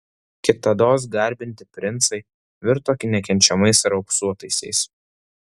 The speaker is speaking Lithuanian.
kitados garbinti princai virto nekenčiamais raupsuotaisiais